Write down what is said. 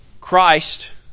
Christ